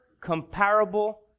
comparable